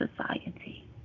society